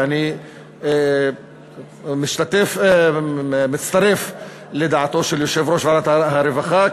ואני משתתף ומצטרף לדעתו של יושב-ראש ועדת הרווחה,